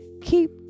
keep